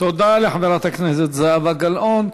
תודה לחברת הכנסת זהבה גלאון.